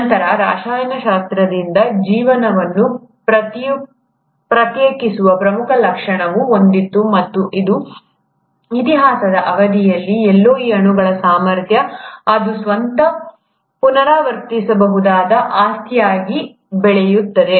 ನಂತರ ರಸಾಯನಶಾಸ್ತ್ರದಿಂದ ಜೀವನವನ್ನು ಪ್ರತ್ಯೇಕಿಸುವ ಪ್ರಮುಖ ಲಕ್ಷಣವು ಬಂದಿತು ಮತ್ತು ಅದು ಇತಿಹಾಸದ ಅವಧಿಯಲ್ಲಿ ಎಲ್ಲೋ ಈ ಅಣುಗಳ ಸಾಮರ್ಥ್ಯ ಅದು ಸ್ವತಃ ಪುನರಾವರ್ತಿಸಬಹುದಾದ ಆಸ್ತಿಯಾಗಿ ಬೆಳೆಯುತ್ತದೆ